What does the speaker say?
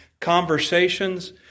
Conversations